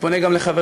ופונה גם לחברתי,